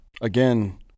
again